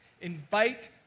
Invite